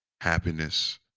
happiness